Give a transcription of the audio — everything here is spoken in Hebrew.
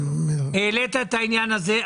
העלית את העניין הזה.